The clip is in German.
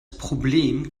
problem